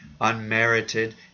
unmerited